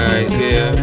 idea